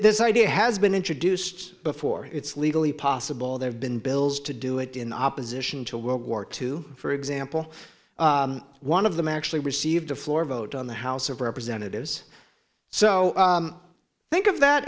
this idea has been introduced before it's legally possible there have been bills to do it in opposition to world war two for example one of them actually received a floor vote on the house of representatives so think of that